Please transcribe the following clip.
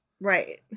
Right